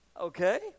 okay